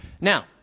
now